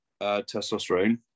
testosterone